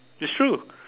is true